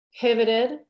pivoted